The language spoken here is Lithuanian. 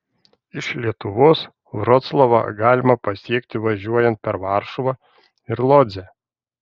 iš lietuvos vroclavą galima pasiekti važiuojant per varšuvą ir lodzę